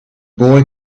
boy